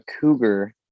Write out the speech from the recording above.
cougar